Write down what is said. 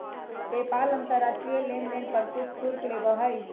PayPal अंतर्राष्ट्रीय लेनदेन पर कुछ शुल्क लेबा हई